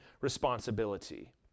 responsibility